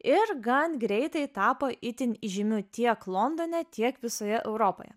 ir gan greitai tapo itin įžymiu tiek londone tiek visoje europoje